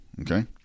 Okay